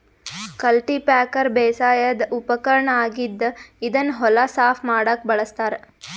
cultipacker ಬೇಸಾಯದ್ ಉಪಕರ್ಣ್ ಆಗಿದ್ದ್ ಇದನ್ನ್ ಹೊಲ ಸಾಫ್ ಮಾಡಕ್ಕ್ ಬಳಸ್ತಾರ್